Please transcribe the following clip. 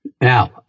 Now